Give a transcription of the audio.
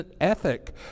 ethic